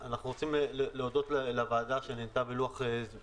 אנחנו רוצים להודות ליושב-ראש